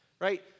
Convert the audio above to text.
right